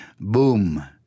boom